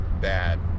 bad